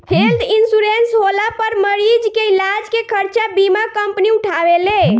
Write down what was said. health insurance होला पर मरीज के इलाज के खर्चा बीमा कंपनी उठावेले